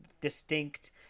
distinct